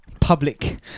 public